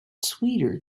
sweeter